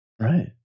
Right